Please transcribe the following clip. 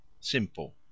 Simple